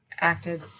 acted